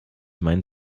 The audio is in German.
meinen